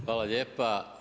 Hvala lijepa.